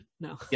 No